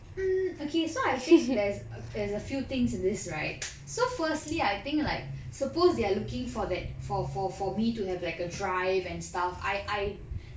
mm okay so I think there's a there's a few things in this right so firstly I think like suppose they are looking for that for for for me to have like a drive and stuff I I